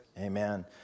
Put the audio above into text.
Amen